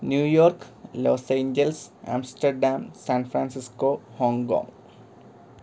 New York Los Angeles Amsterdam San Francisco Hong Kong